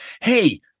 Hey